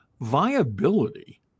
Viability